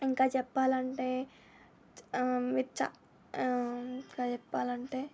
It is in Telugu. ఇంకా చెప్పాలంటే మీరు చ ఇంకా చెప్పాలంటే